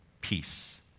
Peace